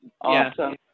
Awesome